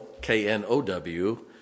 K-N-O-W